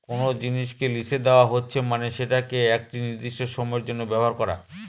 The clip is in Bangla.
কোনো জিনিসকে লিসে দেওয়া হচ্ছে মানে সেটাকে একটি নির্দিষ্ট সময়ের জন্য ব্যবহার করা